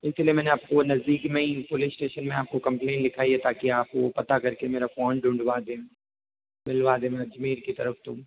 इसलिए मैंने आपको नज़दीक में ही पुलिस स्टेशन में आप को कंप्लेन लिखाई है ताकि आप वो पता करके मेरा फ़ोन ढूंढवा दें मिलवा दें मैं अजमेर की तरफ़ तो हूँ